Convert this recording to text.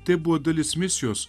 tai buvo dalis misijos